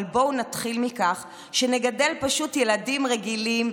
אבל בואו נתחיל מכך שנגדל פשוט ילדים רגילים,